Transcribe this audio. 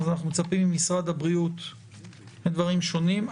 אז אנחנו מצפים ממשרד הבריאות לדברים שונים.